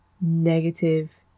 negative